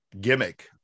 gimmick